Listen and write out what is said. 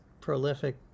prolific